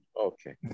Okay